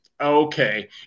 Okay